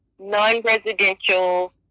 Non-residential